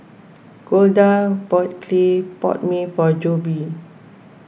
Golda bought Clay Pot Mee for Jobe